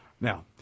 Now